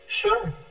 Sure